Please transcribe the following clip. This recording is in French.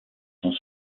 son